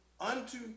unto